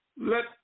let